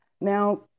Now